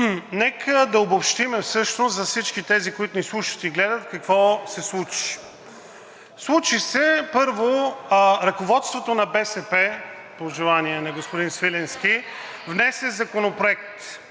Нека да обобщим също за всички тези, които ни слушат и гледат, какво се случи? Случи се, първо, ръководството на БСП – по желание на господин Свиленски, внесе законопроект.